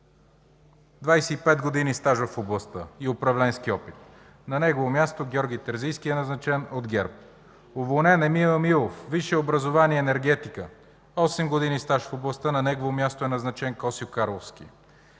25 години стаж в областта и управленски опит. На негово място е назначен Георги Терзийски от ГЕРБ. Уволнен: Емил Емилов. Висше образование енергетика, осем години стаж в областта. На негово място е назначен Косьо Карловски